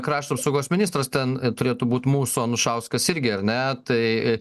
krašto apsaugos ministras ten turėtų būt mūsų anušauskas irgi ar ne tai